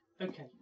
okay